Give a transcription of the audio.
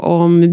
om